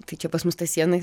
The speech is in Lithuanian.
tai čia pas mus ta siena